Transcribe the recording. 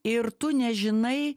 ir tu nežinai